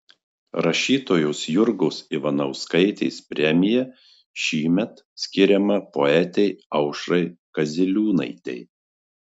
rašytojos jurgos ivanauskaitės premija šįmet skiriama poetei aušrai kaziliūnaitei